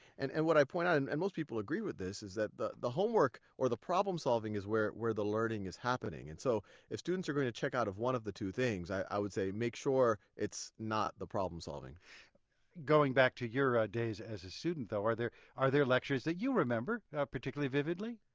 and and what i point out, and and most people agree with this, is that the the homework, or the problem solving, is where where the learning is happening. and so if students are going to check out of one of the two things, i would say make sure it's not the problem solving. neal going back to your ah days as a student, though, are there are there lectures that you remember particularly vividly?